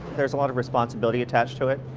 there's a lot of responsibility attached to it,